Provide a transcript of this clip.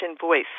voice